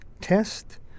test